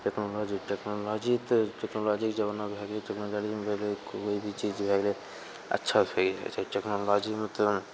technology technology तऽ टेक्नोलॉजीके जमाना भए गेलय टेक्नोलॉजीमे कोइ भी चीज भए गेलय अच्छा टेक्नोलॉजीमे तऽ